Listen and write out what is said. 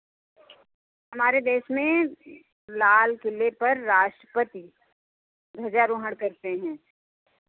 हमारे देश में लाल किले पर राष्ट्रपति ध्वजारोहण करते हैं